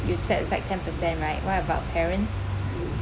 you set aside ten percent right what about parents